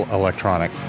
electronic